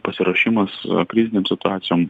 pasiruošimas krizinėm situacijom